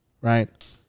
Right